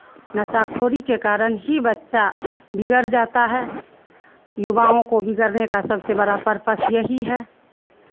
नशाखोरी के कारण ही बच्चा बिगड़ जाता है युवाओं को बिगड़ने का सबसे बड़ा पर्पस यही है